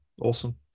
Awesome